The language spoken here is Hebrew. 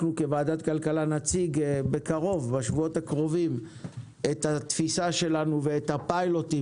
אנחנו כוועדת כלכלה נציג בשבועות הקרובים את התפיסה שלנו ואת הפילוטים